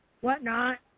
whatnot